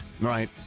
Right